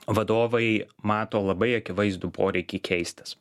vadovai mato labai akivaizdų poreikį keistis